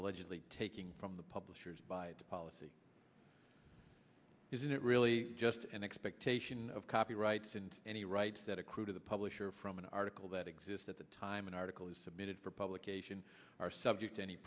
allegedly taking from the publishers by the policy isn't it really just an expectation of copyrights and any rights that accrue to the publisher from an article that exists at the time an article is submitted for publication are subject any